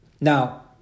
Now